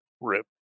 Rip